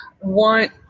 want –